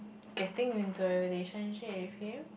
getting into a relationship with him